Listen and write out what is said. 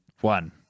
one